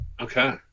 Okay